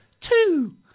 Two